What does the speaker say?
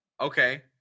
Okay